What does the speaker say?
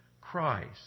Christ